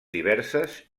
diverses